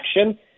action